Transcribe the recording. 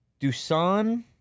Dusan